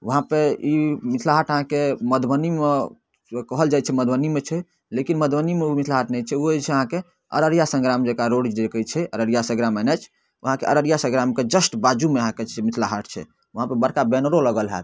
वहाँपर ई मिथिला हाट अहाँके मधुबनीमे कहल जाइ छै मधुबनीमे छै लेकिन मधुबनीमे उ मिथिला हाट नहि छै उ जे छै अहाँके अररिया सङ्ग्राम जकाँ रोड जे छै अररिया सङ्ग्राम एन एच ओ अहाँके अररिया सङ्ग्रामके जस्ट बाजूमे छै मिथिला हाट छै वहाँपर बड़का बैनरो लागल होयत